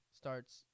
starts